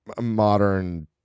modern